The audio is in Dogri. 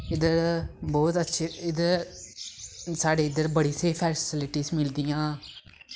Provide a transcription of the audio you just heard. इद्धर बौह्त अच्छी इद्धर साढ़ी इद्धर बड़ी स्हेई फैसलिट्स मिलदियां